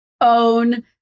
own